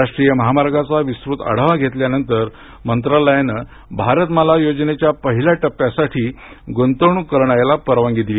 राष्ट्रीय महामार्गांचा विस्तृत आढावा घेतल्यानंतर मंत्रालयानं भारतमाला योजनेच्या पहिल्या टप्प्यासाठी गुंतवणूक करण्याला परवानगी दिली